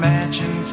Imagine